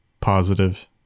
positive